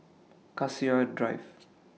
Cassia Drive